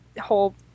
whole